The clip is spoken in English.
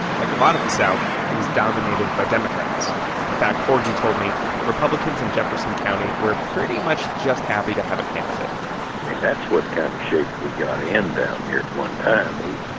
like a lot of the south, it was dominated by democrats. in fact, forgy told me republicans in jefferson county were pretty much just happy to have a candidate i mean, that's what kind of shape we'd got in down here at one time.